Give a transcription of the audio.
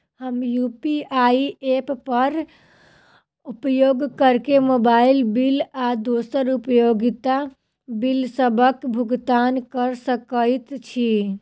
हम UPI app क उपयोग करके मोबाइल बिल आ दोसर उपयोगिता बिलसबक भुगतान कर सकइत छि